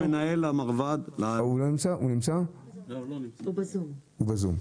הוא נמצא בזום.